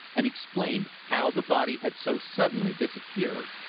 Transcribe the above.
and explained how the body had so suddenly disappeared,